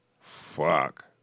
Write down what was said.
fuck